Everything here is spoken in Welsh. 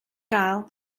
gael